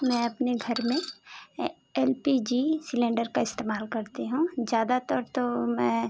मैं अपने घर में एल पी जी सिलेंडर का इस्तेमाल करती हूँ ज़्यादातर तो मैं